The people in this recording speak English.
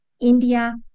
India